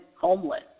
homeless